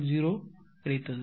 0 கிடைத்தது